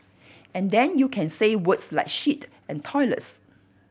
and then you can say words like shit and toilets